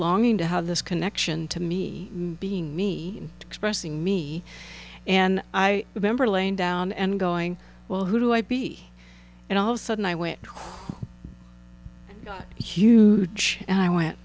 longing to have this connection to me being me expressing me and i remember laying down and going well who i be and all of sudden i went huge and i want